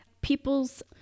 people's